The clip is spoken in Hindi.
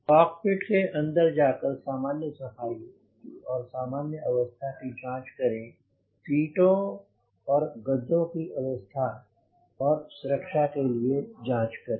कॉकपिट के अंदर जाकर सामान्य सफाई और सामान्य अवस्था की जाँच करें सीटों और गद्दों की अवस्था और सुरक्षा के लिए जाँच करें